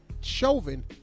Chauvin